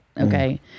okay